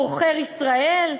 הוא עוכר ישראל?